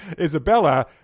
isabella